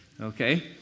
Okay